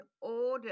order